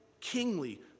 kingly